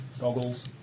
Goggles